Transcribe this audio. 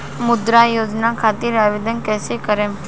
मुद्रा योजना खातिर आवेदन कईसे करेम?